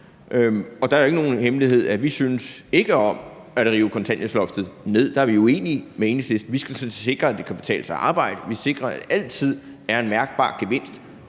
Det er jo ikke nogen hemmelighed, at vi ikke synes om at rive kontanthjælpsloftet ned. Der er vi uenige med Enhedslisten. Vi skal sådan set sikre, at det kan betale sig at arbejde. Vi skal sikre, at der altid er en mærkbar gevinst